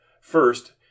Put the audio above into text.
First